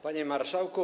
Panie Marszałku!